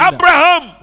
Abraham